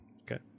Okay